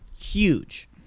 Huge